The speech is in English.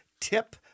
tip